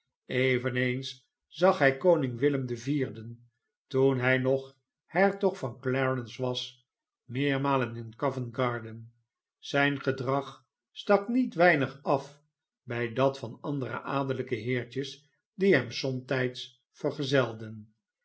eveneens zag hij koning wilem den vierden toen hij nog hertog van clarence was meermalen in covent garden zijn gedrag stak niet weinig af by dat van andere adellijke heertjes die hem somtijds vergezelden